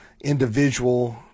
individual